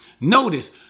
notice